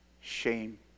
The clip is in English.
shame